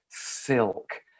silk